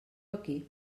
aquí